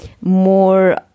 more